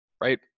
right